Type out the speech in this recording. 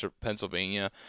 Pennsylvania